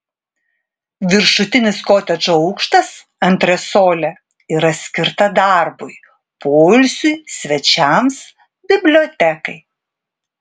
viršutinis kotedžo aukštas antresolė yra skirta darbui poilsiui svečiams bibliotekai